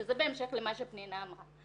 שזה בהמשך למה פנינה אמרה.